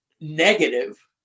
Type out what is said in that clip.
negative